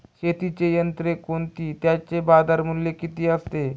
शेतीची यंत्रे कोणती? त्याचे बाजारमूल्य किती असते?